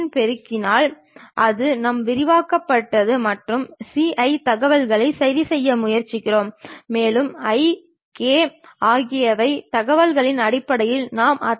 இது பொருள் என்றால் வலது கை இடது கை போன்று இடது கை பக்கத்தில் இருந்து நாம் அதைப் பார்க்க முயற்சிக்கிறோம் எனவே அந்த தளத்தில் நாம் என்ன பெற போவது என்பது பொருளின் இடது பக்க தோற்றமாகும்